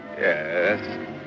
yes